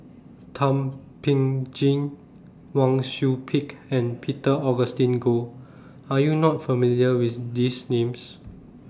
Thum Ping Tjin Wang Sui Pick and Peter Augustine Goh Are YOU not familiar with These Names